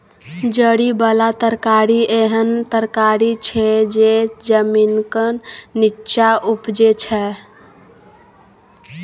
जरि बला तरकारी एहन तरकारी छै जे जमीनक नींच्चाँ उपजै छै